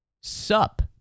sup